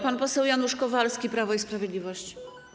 Pan poseł Janusz Kowalski, Prawo i Sprawiedliwość.